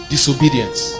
disobedience